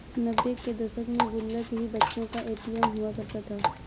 नब्बे के दशक में गुल्लक ही बच्चों का ए.टी.एम हुआ करता था